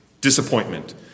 disappointment